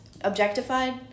Objectified